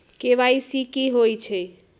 KYC कि होई छई?